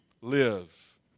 live